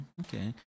Okay